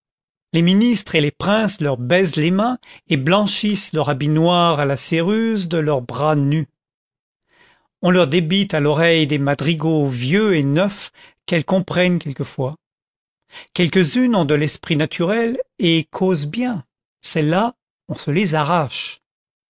les ministres et les princes leur baisent les mains et blanchissent leur habit noir à la céruse de leurs bras nus on leur débite à l'oreille des madrigaux vieux et neufs qu'elles comprennent quelquefois quelques-unes ont de l'esprit naturel et causent bien celles-là on se les arrache